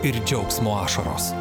ir džiaugsmo ašaros